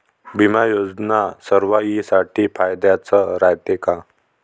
बिमा योजना सर्वाईसाठी फायद्याचं रायते का?